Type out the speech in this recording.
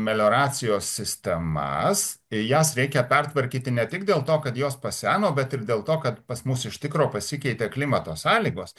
melioracijos sistemas ir jas reikia pertvarkyti ne tik dėl to kad jos paseno bet ir dėl to kad pas mus iš tikro pasikeitė klimato sąlygos